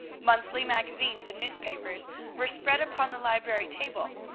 monthly magazines and newspapers were spread upon the library table.